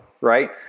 right